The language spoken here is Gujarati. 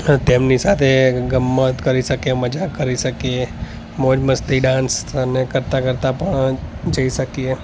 તેમની સાથે ગમ્મત કરી શકીએ મજાક કરી શકીએ મોજ મસ્તી ડાન્સ અને કરતાં કરતાં પણ જઇ શકીએ